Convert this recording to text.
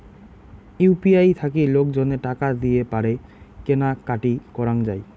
UPI থাকি লোকজনে টাকা দিয়ে পারে কেনা কাটি করাঙ যাই